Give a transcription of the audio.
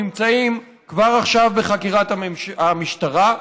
נמצאים כבר עכשיו בחקירת המשטרה,